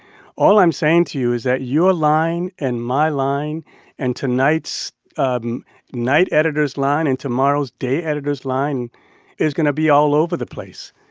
all i'm saying to you is that your line and my line and tonight's um night editor's line and tomorrow's day editor's line is going to be all over the place.